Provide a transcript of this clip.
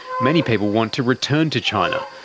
many people want to return to china,